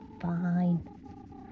fine